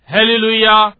Hallelujah